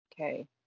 Okay